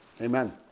Amen